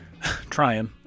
Trying